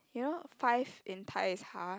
you know five in Thai is ha